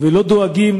ולא דואגים,